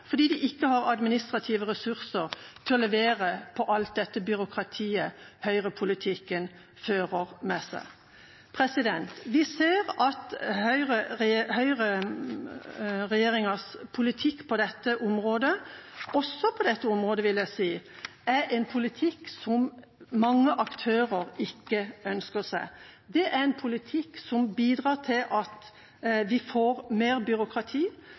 fordi de ikke har administrative ressurser til å levere på alt dette byråkratiet høyrepolitikken fører med seg. Vi ser at høyreregjeringas politikk på dette området – også på dette området, vil jeg si – er en politikk som mange aktører ikke ønsker seg. Det er en politikk som bidrar til at vi får mer byråkrati,